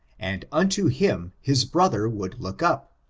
and unto him his brother would look up.